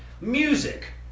music